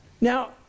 Now